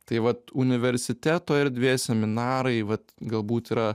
tai vat universiteto erdvė seminarai vat galbūt yra